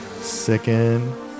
Sickened